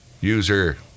user